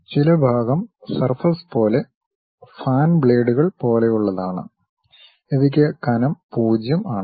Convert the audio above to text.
ചില ഭാഗം സർഫസ് പോലെ ഫാൻ ബ്ലേഡുകൾ പോലെയുള്ളതാണ് ഇവയ്ക്ക് കനം 0 ആണ്